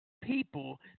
people